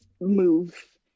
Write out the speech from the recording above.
move